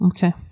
Okay